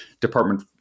Department